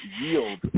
yield